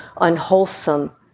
unwholesome